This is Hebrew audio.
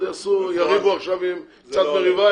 אז קצת מריבה,